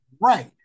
Right